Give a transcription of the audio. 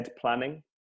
planning